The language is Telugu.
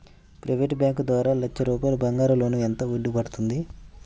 ప్రైవేట్ బ్యాంకు ద్వారా లక్ష రూపాయలు బంగారం లోన్ ఎంత వడ్డీ పడుతుంది?